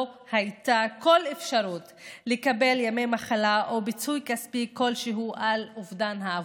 לא הייתה כל אפשרות לקבל ימי מחלה או פיצוי כספי כלשהו על אובדן העבודה.